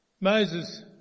Moses